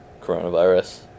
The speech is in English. coronavirus